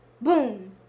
boom